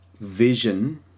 vision